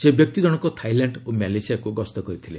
ସେହି ବ୍ୟକ୍ତି ଜଣଙ୍କ ଥାଇଲାଣ୍ଡ ଓ ମାଲେସିଆକୁ ଗସ୍ତ କରିଥିଲେ